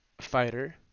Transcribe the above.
fighter